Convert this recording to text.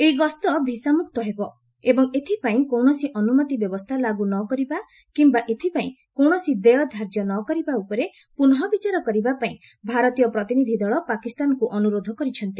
ଏହି ଗସ୍ତ ଭିସାମୁକ୍ତ ହେବା ଏବଂ ଏଥିପାଇଁ କୌଣସି ଅନୁମତି ବ୍ୟବସ୍ଥା ଲାଗୁ ନ କରିବା କିମ୍ବା ଏଥିପାଇଁ କୌଣସି ଦେୟଧାର୍ଯ୍ୟ ନ କରିବା ଉପରେ ପୁନଃ ବିଚାର କରିବା ପାଇଁ ଭାରତୀୟ ପ୍ରତିନିଧି ଦଳ ପାକିସ୍ତାନକୁ ଅନୁରୋଧ କରିଛନ୍ତି